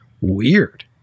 weird